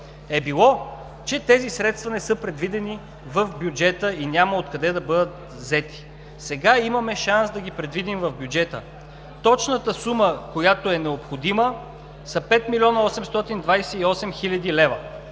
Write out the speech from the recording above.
е било, че тези средства не са предвидени в бюджета и няма откъде да бъдат взети. Сега имаме шанс да ги предвидим в бюджета. Точното сума, която е необходима, са 5 млн. 828 хил. лв.